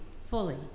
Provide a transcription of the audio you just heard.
fully